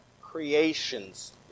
creation's